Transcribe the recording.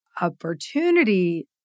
opportunity